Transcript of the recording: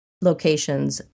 locations